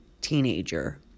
teenager